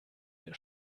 der